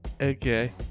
Okay